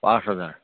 পাঁচ হেজাৰ